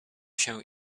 się